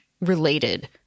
related